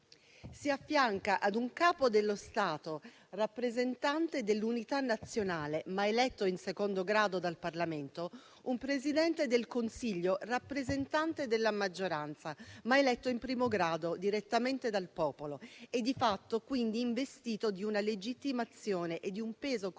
Si affianca ad un Capo dello Stato, rappresentante dell'unità nazionale, ma eletto in secondo grado dal Parlamento, un Presidente del Consiglio, rappresentante della maggioranza, ma eletto in primo grado direttamente dal popolo e, di fatto, investito di una legittimazione e di un peso costituzionale